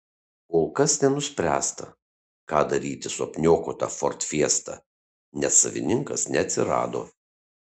kol kas nenuspręsta ką daryti su apniokota ford fiesta nes savininkas neatsirado